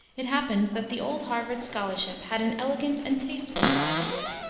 it happened that the old harvard scholarship had an elegant and tasteful side to it,